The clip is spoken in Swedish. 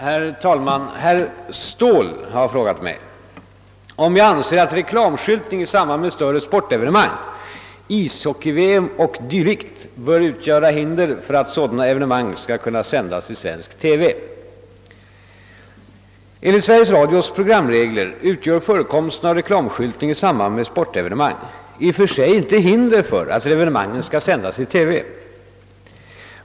Herr talman! Herr Ståhl har frågat mig om jag anser att reklamskyltning i samband med större sportevenemang — ishockey-VM och dylikt — bör utgöra hinder för att sådana evenemang skall kunna sändas i svensk TV. ning i samband med sportevenemang i och för sig inte hinder för att evenemangen skall kunna sändas i TV.